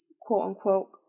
quote-unquote